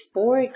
Four